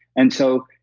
and so,